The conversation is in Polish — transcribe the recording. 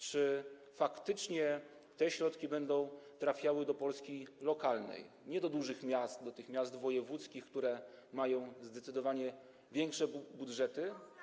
Czy faktycznie te środki będą trafiały do Polski lokalnej, nie do dużych miast, do miast wojewódzkich, które mają zdecydowanie większe budżety.